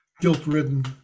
guilt-ridden